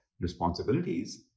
responsibilities